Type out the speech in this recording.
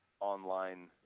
Online